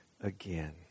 again